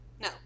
no